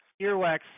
earwax